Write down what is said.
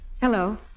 Hello